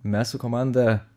mes su komanda